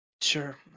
Sure